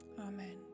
amen